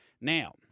Now